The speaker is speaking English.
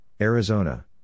Arizona